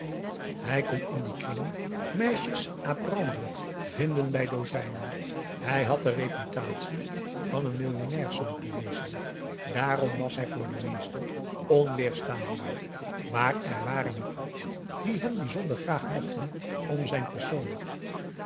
hij kon in die kringen meisjes à prendre vinden bij dozijnen hij had de reputatie van een millionnairszoon te wezen dààrom was hij voor de meesten onweerstaanbaar maar er waren er ook die hem bijzonder graag mochten om zijn persoon